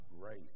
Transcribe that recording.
grace